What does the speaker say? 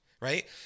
right